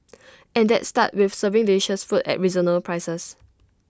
and that starts with serving delicious food at reasonable prices